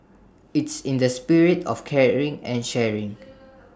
it's in the spirit of caring and sharing